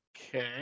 Okay